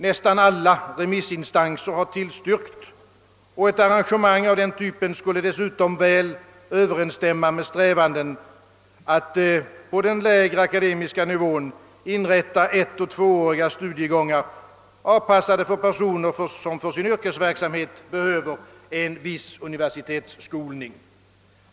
Nästan alla remissinstanser har tillstyrkt rekommendationen, och ett arrangemang av denna typ skulle dessutom överensstämma med strävanden att på den lägre akademiska nivån inrätta ettoch tvååriga studiegångar, avpassade för personer som för sin yrkesverksamhet behöver en viss universitetsskolning.